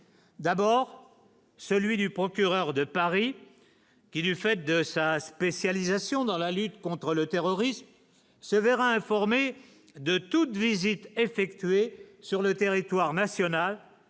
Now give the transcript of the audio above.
d'abord celui du procureur de Paris qui, du fait de sa spécialisation dans la lutte contre le terrorisme se verra informés de toute visite effectuée sur le territoire national